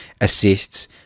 assists